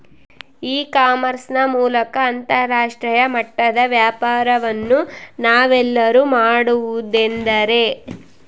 E commerce ನ ಮೂಲಕ ಅಂತರಾಷ್ಟ್ರೇಯ ಮಟ್ಟದ ವ್ಯಾಪಾರವನ್ನು ನಾವೆಲ್ಲರೂ ಮಾಡುವುದೆಂದರೆ?